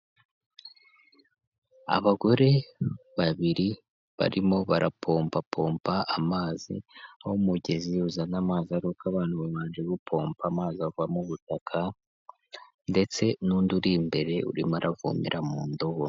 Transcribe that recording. Abagore babiri barimo barapomba pomba amazi, aho umugezi uzana amazi aruko abantu babanje gupomba amazi ava mu butaka ndetse n'undi uri imbere urimo aravomera mu ndobo.